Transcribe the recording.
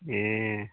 ए